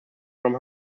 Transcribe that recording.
from